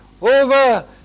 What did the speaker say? over